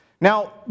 Now